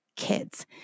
kids